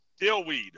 Dillweed